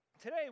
Today